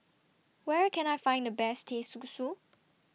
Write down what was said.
Where Can I Find The Best Teh Susu